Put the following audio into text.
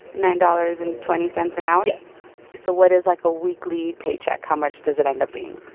nine dollars and twenty cents an hour? yes so what is, like, a weekly paycheck? how much does it end up being?